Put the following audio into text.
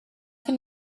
can